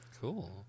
Cool